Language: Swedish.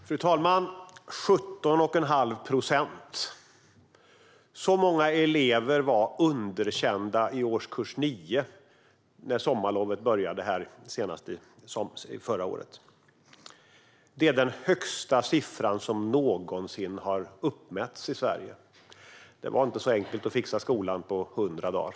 Fru talman! 17 1⁄2 procent - så stor andel av eleverna i årskurs 9 var underkända när sommarlovet började förra året. Det är den högsta siffran som någonsin har uppmätts i Sverige. Det var inte så enkelt att fixa skolan på 100 dagar.